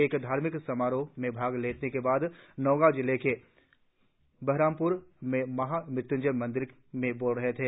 एक धार्मिक समारोह में भाग लेने के बाद वे नगाँ जिले के बहरामप्र में महाम़त्य्ंजय मंदिर में बोल रहे थे